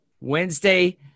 Wednesday